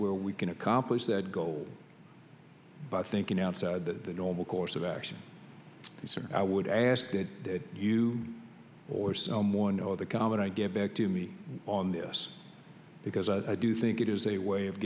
where we can accomplish that goal by thinking outside the normal course of action i would ask that you or someone or the comment i get back to me on this because i do think it is a way of